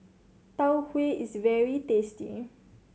Tau Huay is very tasty